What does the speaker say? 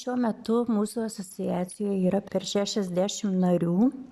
šiuo metu mūsų asociacijoj yra per šešiasdešim narių